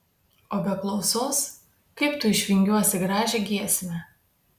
o be klausos kaip tu išvingiuosi gražią giesmę